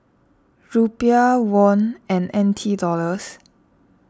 Rupiah Won and N T Dollars